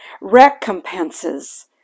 recompenses